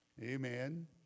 amen